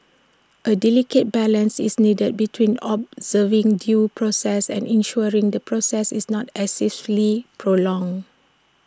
A delicate balance is needed between observing due process and ensuring the process is not excessively prolonged